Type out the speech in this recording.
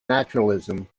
naturalism